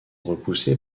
repoussés